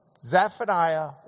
Zephaniah